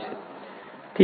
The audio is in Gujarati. ઠીક છે